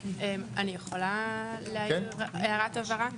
אני יכולה להעיר הערת הבהרה?